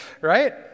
right